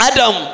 Adam